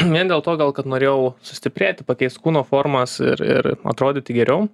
vien dėl to gal kad norėjau sustiprėti pakeist kūno formas ir ir atrodyti geriau